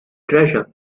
treasure